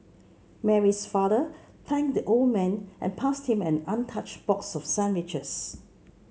Mary's father thanked the old man and passed him an untouched box of sandwiches